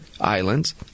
islands